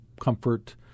comfort